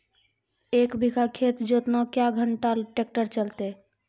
एक बीघा खेत जोतना क्या घंटा ट्रैक्टर चलते?